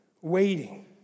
waiting